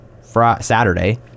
Saturday